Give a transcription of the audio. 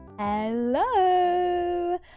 Hello